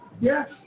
yes